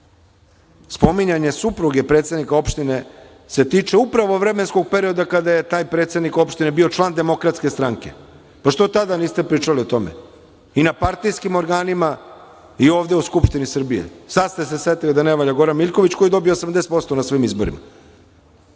ocenjujete. Spominjanje supruge predsednika opštine se tiče upravo vremenskog perioda kada je taj predsednik opštine bio član DS. Što tada niste pričali o tome? I na partijskim organima i ovde u Skupštini Srbije. Sad ste se setili da ne valja Goran Miljković koji je dobio 80% na svim izborima. Ukrao?